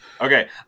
Okay